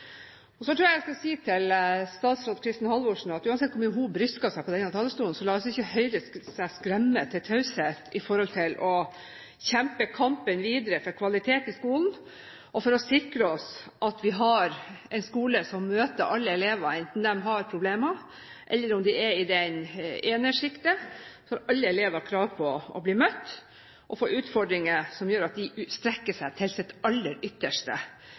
skolen. Så tror jeg at jeg skal si til statsråd Kristin Halvorsen at uansett hvor mye hun brisker seg på denne talerstolen, lar ikke Høyre seg skremme til taushet i forhold til å kjempe videre kampen for kvalitet i skolen og for å sikre oss at vi har en skole som møter alle elever, enten de har problemer eller de er i enersjiktet. For alle elever har krav på å bli møtt og få utfordringer som gjør at de strekker seg til sitt aller ytterste.